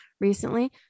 recently